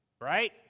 right